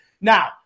Now